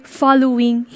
following